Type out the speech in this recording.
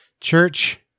church